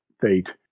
fate